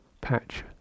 patch